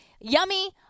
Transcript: yummy